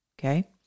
Okay